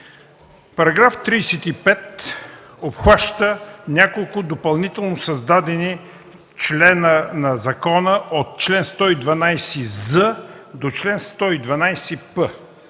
Параграф 35 обхваща няколко допълнително създадени члена на закона – от чл. 112з до чл. 112п.